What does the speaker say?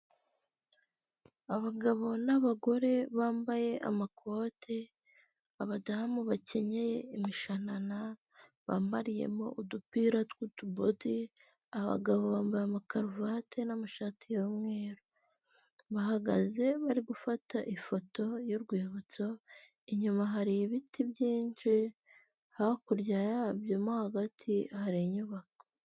Amafaranga y'amadorari azinze mu mifungo akaba ari imifungo itandatu iyi mifungo uyibonye yaguhindurira ubuzima rwose kuko amadolari ni amafaranga menshi cyane kandi avunjwa amafaranga menshi uyashyize mumanyarwanda rero uwayaguha wahita ugira ubuzima bwiza.